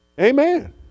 Amen